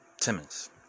Timmons